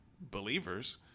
believers